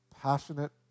passionate